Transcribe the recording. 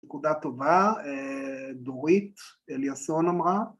נקודה טובה, דורית אליאסון אמרה...